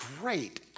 great